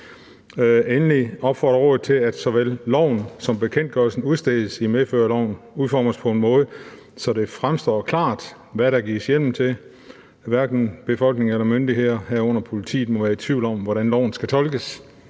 »Endelig opfordrer rådet til, at såvel loven som bekendtgørelser udstedt i medfør af loven udformes på en måde, så det fremstår klart, hvad der gives hjemmel til. Hverken befolkningen eller myndighederne, herunder politiet, må være i tvivl om, hvordan loven skal tolkes.«